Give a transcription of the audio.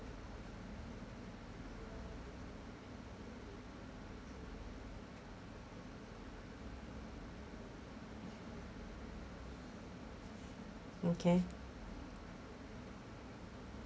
okay